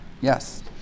Yes